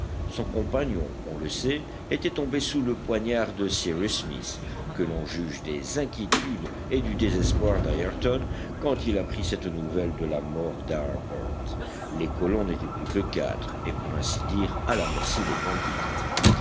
son compagnon on le sait était tombé sous le poignard de cyrus smith que l'on juge des inquiétudes et du désespoir d'ayrton quand il apprit cette nouvelle de la mort d'harbert les colons n'étaient plus que quatre et pour ainsi dire à la merci des